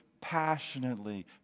passionately